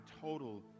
total